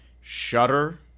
shudder